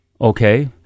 Okay